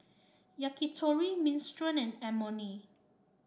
Yakitori Minestrone and Imoni